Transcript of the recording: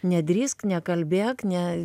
nedrįsk nekalbėk ne